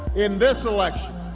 in this election,